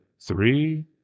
Three